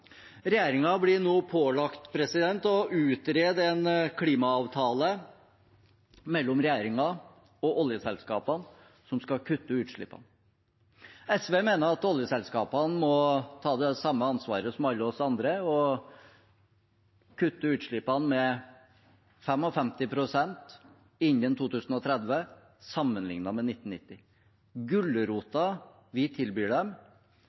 blir nå pålagt å utrede en klimaavtale mellom regjeringen og oljeselskapene som skal kutte utslippene. SV mener at oljeselskapene må ta det samme ansvaret som alle oss andre og kutte utslippene med 55 pst. innen 2030, sammenlignet med 1990. Gulroten vi tilbyr dem,